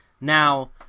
Now